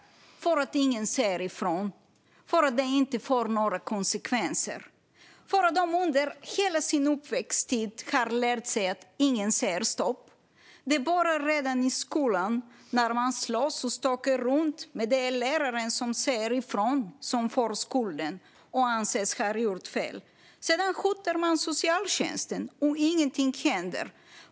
Det gör de för att ingen säger ifrån, för att det inte får några konsekvenser och för att de under hela sin uppväxttid har lärt sig att ingen säger stopp. Det börjar redan i skolan när man slåss och stökar runt. Men det är läraren som säger ifrån som får skulden och anses ha gjort fel. Sedan hotar man socialtjänsten, och ingenting händer.